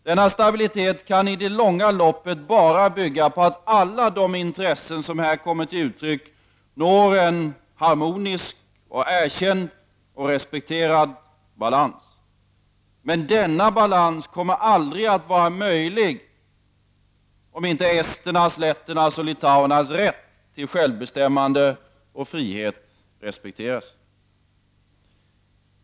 Denna stabilitet kan i det långa loppet bara bygga på att alla de intressen som här kommer till uttryck når en harmonisk, erkänd och respekterad balans. Men denna balans kommer aldrig att vara möjlig om inte esternas, letternas och litauernas rätt till självbestämmande och frihet respekteras.